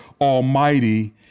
Almighty